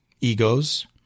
egos